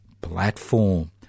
platform